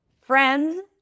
friends